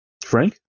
Frank